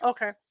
Okay